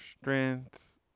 strength